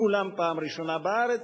כולם פעם ראשונה בארץ.